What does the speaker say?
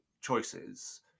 choices